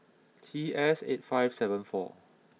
T S eight five seven four